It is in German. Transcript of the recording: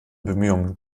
bemühungen